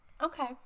Okay